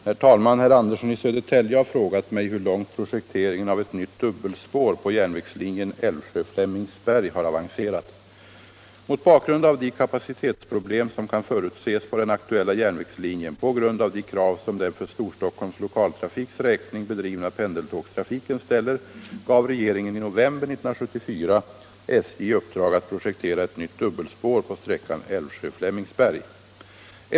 Herr talman! Herr Andersson i Södertälje har frågat mig hur långt projekteringen av ett nytt dubbelspår på järnvägslinjen Älvsjö-Flemingsberg har avancerat. Mot bakgrund av de kapacitetsproblem som kan förutses på den aktuella järnvägslinjen på grund av de krav som den för Storstockholms Lokaltrafiks räkning bedrivna pendeltågstrafiken ställer gav regeringen i november 1974 SJ i uppdrag att projektera ett nytt dubbelspår på sträckan Älvsjö-Flemingsberg.